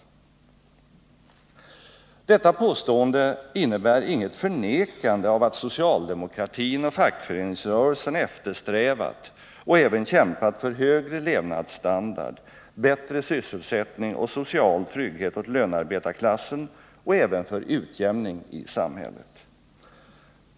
Detta påstående innebär inget förnekande av att socialdemokratin och fackföreningsrörelsen eftersträvat och även kämpat för högre levnadsstandard, bättre sysselsättning och social trygghet åt lönarbetarklassen och även för utjämning i samhället.